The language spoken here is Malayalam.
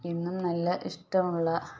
ഇന്നും നല്ല ഇഷ്ടമുള്ള